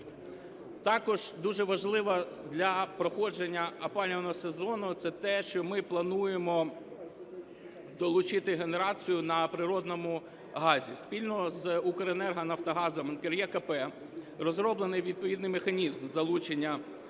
Також дуже важливо для проходження опалювального сезону те, що ми плануємо долучити генерацію на природному газі. Спільно з Укренерго, Нафтогазом, НКРЕКП, розроблений відповідний механізм залучення енергоблоків